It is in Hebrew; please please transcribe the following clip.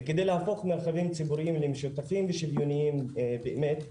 ועל מנת להפוך מרחבים ציבוריים למשותפים ושוויוניים באמת,